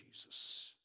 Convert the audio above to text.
Jesus